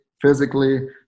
physically